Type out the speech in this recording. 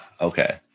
Okay